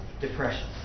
depression